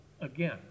again